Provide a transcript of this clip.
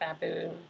baboon